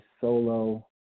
solo